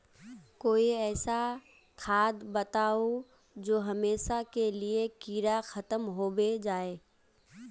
कोई ऐसा खाद बताउ जो हमेशा के लिए कीड़ा खतम होबे जाए?